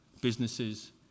businesses